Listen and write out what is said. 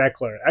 Eckler